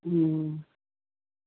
হুম